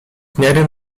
miarę